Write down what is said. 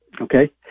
Okay